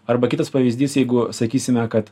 arba kitas pavyzdys jeigu sakysime kad